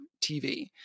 TV